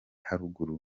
haruguru